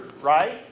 right